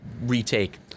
retake